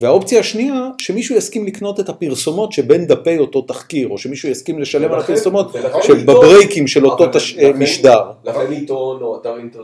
והאופציה השנייה, שמישהו יסכים לקנות את הפרסומות שבין דפי אותו תחקיר, או שמישהו יסכים לשלם על הפרסומות בברייקים של אותו משדר.